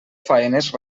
faenes